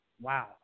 wow